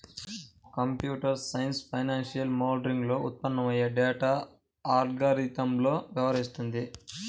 computer science financial మోడలింగ్లో ఉత్పన్నమయ్యే data అల్గారిథమ్లతో వ్యవహరిస్తుంది